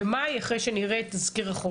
במאי אחרי שנראה את תזכיר החוק.